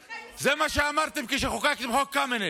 שטחי מסחר, זה מה שאמרתם כשחוקקתם את חוק קמיניץ.